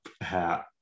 hat